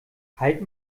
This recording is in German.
halt